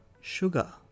sugar